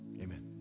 Amen